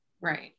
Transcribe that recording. Right